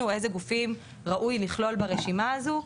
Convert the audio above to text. איזה גופים ראוי לכלול ברשימה הזו,